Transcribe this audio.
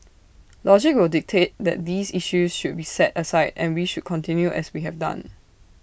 logic will dictate that these issues should be set aside and we should continue as we have done